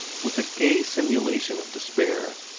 with a gay simulation of despair.